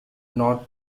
not